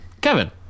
Kevin